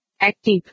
Active